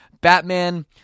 Batman